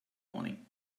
morning